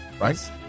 right